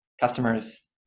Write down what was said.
customers